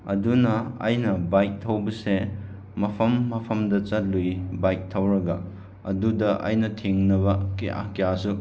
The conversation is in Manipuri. ꯑꯗꯨꯅ ꯑꯩꯅ ꯕꯥꯏꯛ ꯊꯧꯕꯁꯦ ꯃꯐꯝ ꯃꯐꯝꯗ ꯆꯠꯂꯨꯏ ꯕꯥꯏꯛ ꯊꯧꯔꯒ ꯑꯗꯨꯗ ꯑꯩꯅ ꯊꯦꯡꯅꯕ ꯀꯌꯥ ꯀꯌꯥꯁꯨ